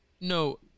no